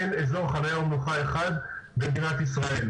אין אזור חניה ומנוחה אחד במדינת ישראל.